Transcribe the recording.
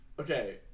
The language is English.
Okay